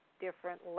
different